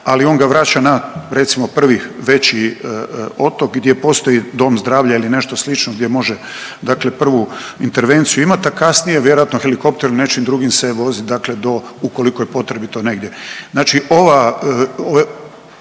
ali on ga vraća na recimo prvi veći otok gdje postoji dom zdravlja ili nešto slično gdje može dakle prvu intervenciju imat, a kasnije vjerojatno helikopterom ili nečim drugim se vozit dakle do ukoliko je potrebito negdje. Znači ova,